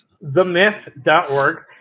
Themyth.org